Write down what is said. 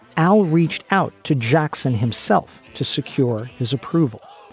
al reached out to jackson himself to secure his approval.